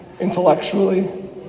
intellectually